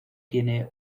tiene